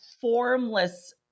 formless